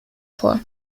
vor